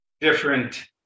different